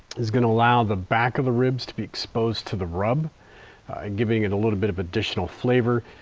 is going to allow the back of the ribs to be exposed to the rub giving it a little bit of additional flavor,